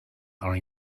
are